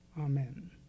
Amen